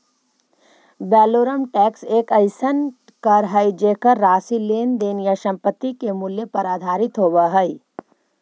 valorem tax एक अइसन कर हइ जेकर राशि लेन देन या संपत्ति के मूल्य पर आधारित होव हइ